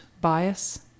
bias